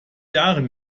jahren